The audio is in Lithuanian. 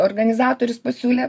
organizatorius pasiūlė